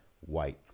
white